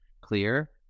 clear